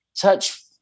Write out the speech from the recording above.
touch